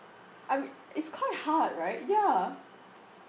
I mean it's quite hard right ya